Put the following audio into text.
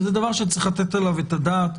וזה דבר שצריך לתת עליו את הדעת.